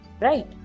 Right